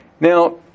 Now